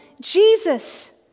Jesus